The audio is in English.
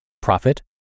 Profit